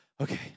okay